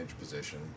position